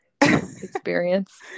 experience